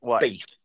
Beef